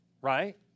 right